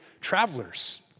travelers